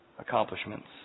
accomplishments